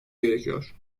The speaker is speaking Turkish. gerekiyor